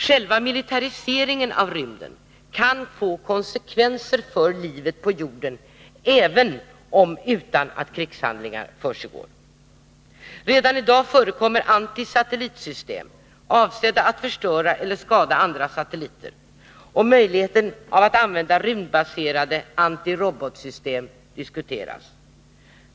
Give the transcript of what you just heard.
Själva militariseringen av rymden kan få konsekvenser för livet på jorden även utan att krigshandlingar försiggår. Redan i dag förekommer antisatellitsystem, avsedda att förstöra eller skada andra satelliter, och möjligheten av att använda rymdbaserade antirobotsystem diskuteras.